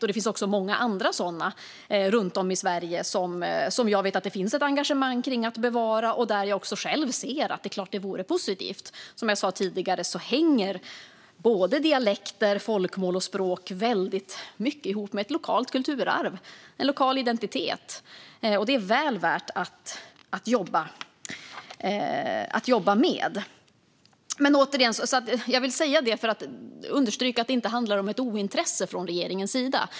Det finns många andra sådana runt om i Sverige som jag vet att det finns ett engagemang för att bevara, och jag ser själv att det är klart att det vore positivt. Som jag sa tidigare hänger dialekter, folkmål och språk väldigt mycket ihop med ett lokalt kulturarv och en lokal identitet, och det är väl värt att jobba med. Jag vill säga detta för att understryka att det inte handlar om ointresse från regeringens sida.